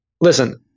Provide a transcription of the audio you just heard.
listen